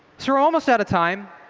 so almost out of time.